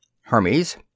Hermes